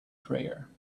prayer